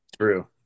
True